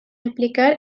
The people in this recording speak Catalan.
implicar